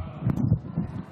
תודה רבה.